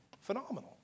Phenomenal